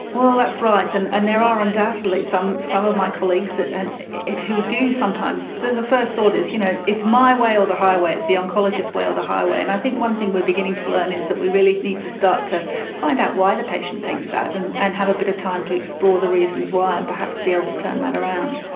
that's right, and and there are undoubtedly some some of my colleagues who do sometimes, the the first thought is you know it's it's my way or the highway, it's the oncologist's way or the highway, and i think one thing we are beginning to learn is that we really need to start to find out why the patient thinks that and and have a bit of time to explore the reasons why and perhaps be able to turn that around.